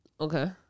Okay